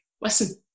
listen